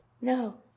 No